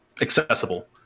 accessible